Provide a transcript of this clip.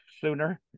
sooner